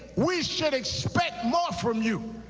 we should expect more from you.